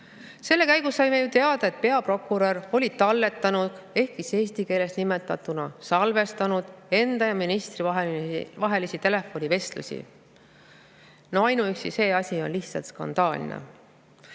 Selle käigus saime teada, et peaprokurör oli talletanud, eesti keeles nimetatuna salvestanud enda ja ministri vahelisi telefonivestlusi. Ainuüksi see asi on lihtsalt skandaalne.